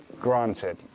Granted